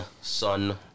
son